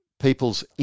people's